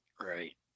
Right